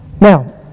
Now